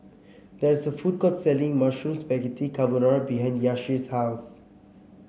there is a food court selling Mushroom Spaghetti Carbonara behind Yahir's house